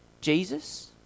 Jesus